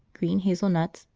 green hazel-nuts,